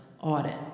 audit